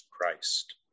Christ